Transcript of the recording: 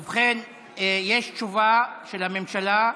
ובכן, יש תשובה של הממשלה,